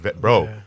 Bro